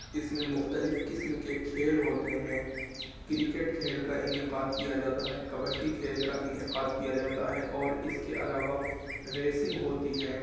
اس میں مختلف قسم کے کھیل ہوتے ہیں کرکٹ کھیل کا انعقاد کیا جاتا ہے کبڈی کھیل کا انعقاد کیا جاتا ہے اور اس کے علاوہ ریسنگ ہوتی ہے